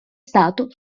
stato